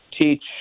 teach